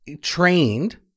trained